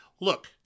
look